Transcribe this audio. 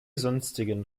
sonstigen